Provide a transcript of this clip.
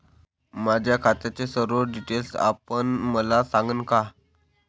माझ्या खात्याचे सर्व डिटेल्स आपण मला सांगाल का?